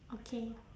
okay